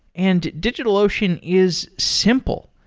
and digitalocean is simple.